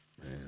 Man